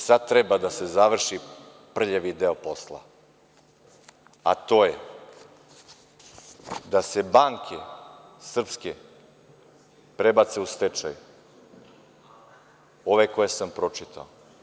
Sad treba da se završi prljavi deo posla a to je da se banke srpske prebace u stečaj, ove koje sam pročitao.